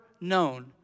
known